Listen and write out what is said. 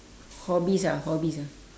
hobbies ah hobbies ah